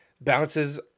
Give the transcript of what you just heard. bounces